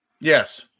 Yes